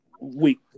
week